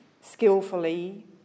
skillfully